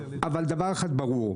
אבל דבר אחד ברור,